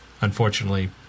unfortunately